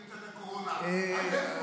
כיף חיים, לצד הקורונה, עד איפה?